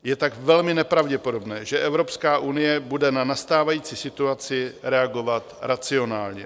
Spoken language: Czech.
Je tak velmi nepravděpodobné, že Evropská unie bude na nastávající situaci reagovat racionálně.